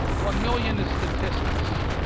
one million is statistics.